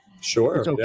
sure